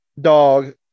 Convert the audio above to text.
dog